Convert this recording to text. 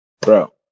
Bro